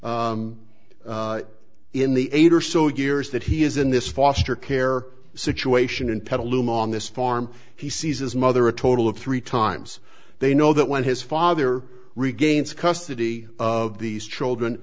in the eight or so years that he is in this foster care situation in petaluma on this farm he sees as mother a total of three times they know that when his father regains custody of these children